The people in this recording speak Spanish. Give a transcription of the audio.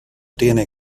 tiene